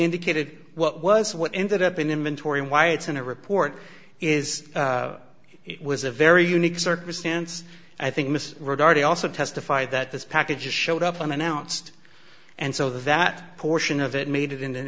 indicated what was what ended up in inventory and why it's in a report is it was a very unique circumstance i think mr regardie also testified that this package just showed up unannounced and so that portion of it made it into an